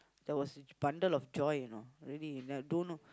there was a bundle of joy you know really I do know